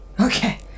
Okay